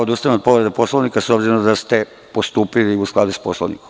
Odustajem od povrede Poslovnika, s obzirom da ste postupili u skladu sa Poslovnikom.